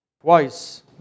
twice